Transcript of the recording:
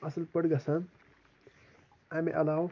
اصٕل پٲٹھۍ گَژھان اَمہِ علاوٕ